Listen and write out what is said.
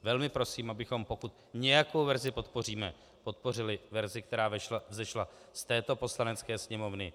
Velmi prosím, abychom pokud nějakou verzi podpoříme, podpořili verzi, která vzešla z této Poslanecké sněmovny.